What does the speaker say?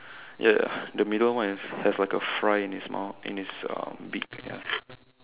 ya ya the middle one is has like a fry in its mouth in its beak ya